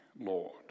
Lord